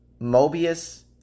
Mobius